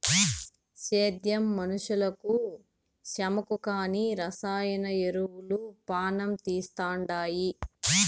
సేద్యం మనుషులకు సేమకు కానీ రసాయన ఎరువులు పానం తీస్తండాయి